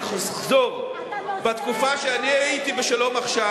אתה נושא, בתקופה שאני הייתי ב"שלום עכשיו"